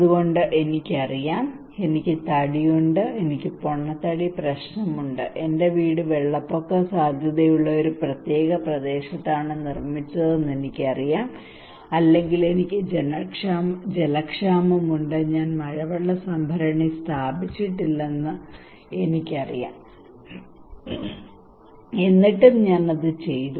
അതുകൊണ്ട് എനിക്കറിയാം എനിക്ക് തടിയുണ്ട് എനിക്ക് പൊണ്ണത്തടി പ്രശ്നമുണ്ട് എന്റെ വീട് വെള്ളപ്പൊക്ക സാധ്യതയുള്ള ഒരു പ്രത്യേക പ്രദേശത്താണ് നിർമ്മിച്ചതെന്ന് എനിക്കറിയാം അല്ലെങ്കിൽ എനിക്ക് ജലക്ഷാമം ഉള്ളതിനാൽ ഞാൻ മഴവെള്ള സംഭരണി സ്ഥാപിച്ചിട്ടില്ലെന്ന് എനിക്കറിയാം എന്നിട്ടും ഞാൻ ചെയ്തു